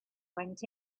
went